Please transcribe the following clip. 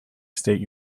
state